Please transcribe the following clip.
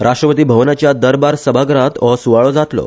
राष्ट्रपती भवनाच्या दरबार सभागरात हो सुवाळो जातलो